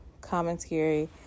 commentary